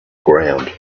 ground